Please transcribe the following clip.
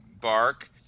bark